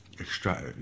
extract